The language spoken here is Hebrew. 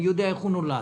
אני יודע איך הוא נולד